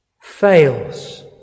fails